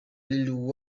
lil